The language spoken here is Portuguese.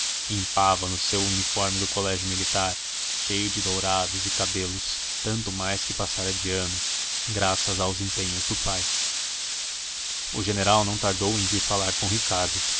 impava no seu uniforme do colégio militar cheio de dourados e cabelos tanto mais que passara de ano graças aos empenhos do pai o general não tardou em vir falar com ricardo